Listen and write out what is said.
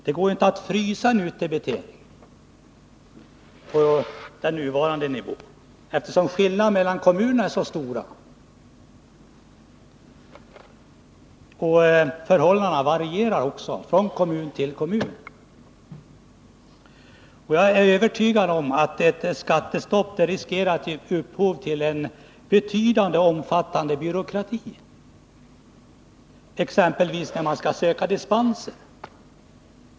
Det går ju inte att frysa en utdebitering på den nuvarande nivån, eftersom skillnaderna mellan kommunerna är så stora och förhållandena varierar från kommun till kommun. Jag är övertygad om att ett skattestopp riskerar att ge upphov till en mycket omfattande byråkrati, exempelvis när det gäller ansökan om dispenser.